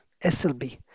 SLB